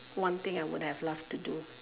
one thing I would have loved to do